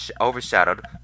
overshadowed